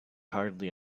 hardly